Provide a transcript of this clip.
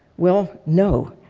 well, no,